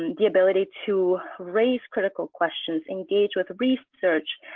the ability to raise critical questions, engage with research,